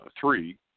three